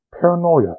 paranoia